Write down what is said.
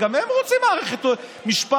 הרי גם הם רוצים מערכת משפט,